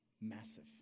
massive